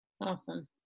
Awesome